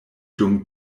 dum